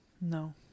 No